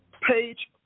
page